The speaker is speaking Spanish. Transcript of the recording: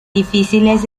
difíciles